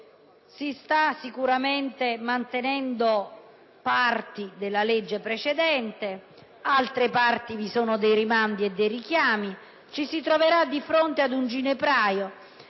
la legislazione. Si mantengono parti della legge precedente. Per altre vi sono dei rimandi e dei richiami. Ci si troverà di fronte ad un ginepraio.